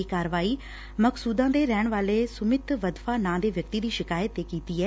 ਇਹ ਕਾਰਵਾਈ ਮਕਸੂਦਾਂ ਦੇ ਰਹਿਣ ਵਾਲੇ ਸੁਮਿਤ ਵਧਵਾ ਨਾਂ ਦੇ ਵਿਅਕਤੀ ਦੀ ਸ਼ਿਕਾਇਤ ਤੇ ਕੀਤੀ ਐ